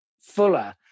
fuller